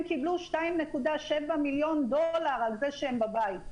הם קיבלו 2.7 מיליון דולר על זה שהם בבית.